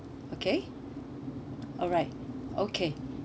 okay alright okay